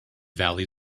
valley